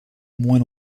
moins